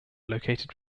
located